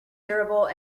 durable